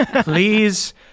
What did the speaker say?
please